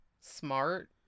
smart